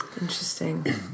Interesting